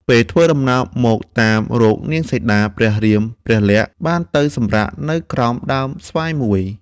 ពេលធ្វើដំណើរមកតាមរកនាងសីតា ព្រះរាមព្រះលក្សណ៍បានទៅសម្រាកនៅក្រោម ដើមស្វាយមួយ។